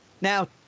Now